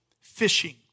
fishing